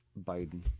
Biden